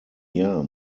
jahr